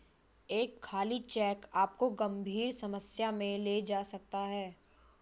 एक खाली चेक आपको गंभीर समस्या में ले जा सकता है